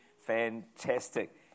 fantastic